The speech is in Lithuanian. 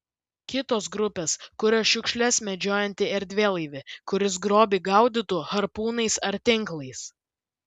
kitos grupės kuria šiukšles medžiojantį erdvėlaivį kuris grobį gaudytų harpūnais ar tinklais